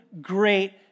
great